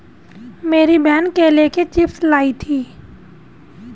मेरी बहन केले के चिप्स लाई थी